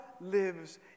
lives